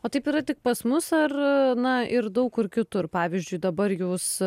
o taip yra tik pas mus ar na ir daug kur kitur pavyzdžiui dabar jūs